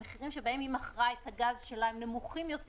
המחירים שבהם היא מכרה את הגז שלה נמוכים יותר